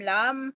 Lam